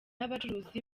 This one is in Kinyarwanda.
abacuruzi